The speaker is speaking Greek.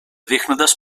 δείχνοντας